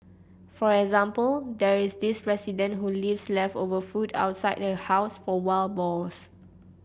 for example there is this resident who leaves leftover food outside her house for wild boars